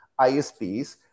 ISPs